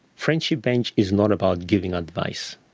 friendship bench is not about giving advice,